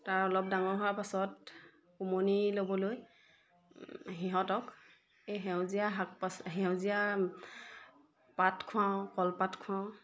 তাৰ অলপ ডাঙৰ হোৱাৰ পাছত উমনি ল'বলৈ সিহঁতক এই সেউজীয়া শাক পাচ সেউজীয়া পাত খুৱাওঁ কলপাত খুৱাওঁ